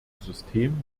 system